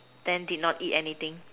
then did not eat anything